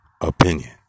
opinion